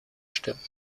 stimmen